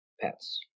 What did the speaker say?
pets